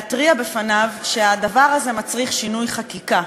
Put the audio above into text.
להתריע בפניו שהדבר הזה מצריך שינוי חקיקה.